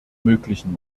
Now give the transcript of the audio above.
möglichen